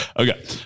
Okay